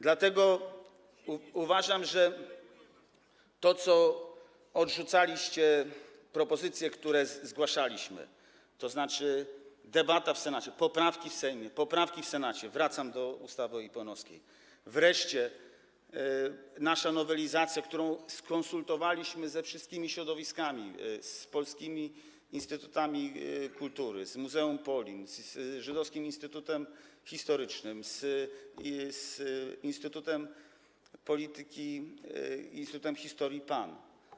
Dlatego uważam, że to, co odrzucaliście, propozycje, które zgłaszaliśmy, to znaczy debata w Senacie, poprawki w Sejmie, poprawki w Senacie, wracam do ustawy IPN-owskiej, wreszcie nasza nowelizacja, którą skonsultowaliśmy ze wszystkimi środowiskami, z polskimi instytutami kultury, z muzeum Polin, z Żydowskim Instytutem Historycznym, z Instytutem Historii PAN.